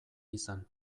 izan